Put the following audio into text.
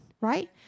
right